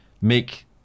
make